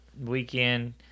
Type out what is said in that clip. weekend